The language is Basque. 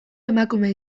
emakumea